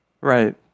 Right